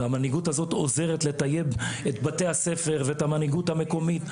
והמנהיגות הזאת עוזרת לטייב את בתי הספר ואת המנהיגות המקומית,